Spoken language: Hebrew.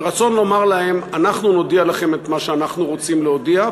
ורצון לומר להם: אנחנו נודיע לכם את מה שאנחנו רוצים להודיע,